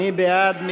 מי בעד?